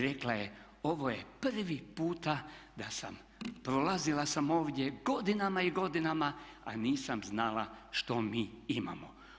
Rekla je: "Ovo je prvi puta da sam, prolazila sam ovdje godinama i godinama a nisam znala što mi imamo.